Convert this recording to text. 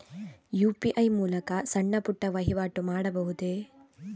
UPI ಮೂಲಕ ಸಣ್ಣ ಪುಟ್ಟ ವಹಿವಾಟು ಮಾಡಬಹುದೇ?